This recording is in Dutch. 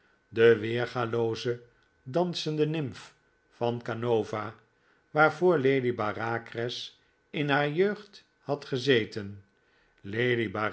de weergalooze dansende nimf van canova waarvoor lady bareacres in haar jeugd had gezeten lady